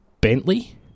Bentley